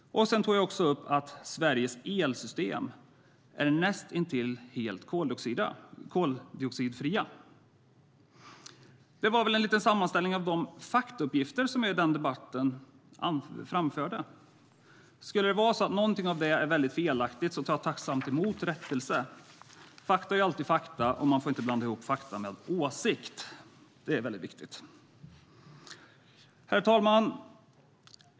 Att Sveriges elsystem är näst intill helt koldioxidfria. Det var en liten sammanställning av de faktauppgifter jag framförde under den debatten. Skulle det vara så att någonting av det är väldigt felaktigt tar jag tacksamt emot rättelse. Fakta är alltid fakta, och man får inte blanda ihop fakta med åsikt. Det är väldigt viktigt. Herr talman!